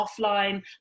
offline